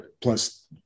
Plus